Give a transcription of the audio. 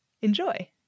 enjoy